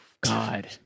god